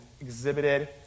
exhibited